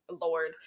lord